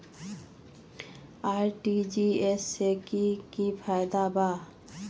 RTGS से की की फायदा बा?